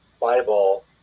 Bible